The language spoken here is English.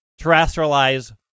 terrestrialize